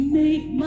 make